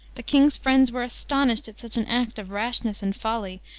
the king's friends were astonished at such an act of rashness and folly,